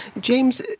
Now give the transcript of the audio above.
James